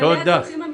בעלי הצרכים המיוחדים.